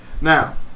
Now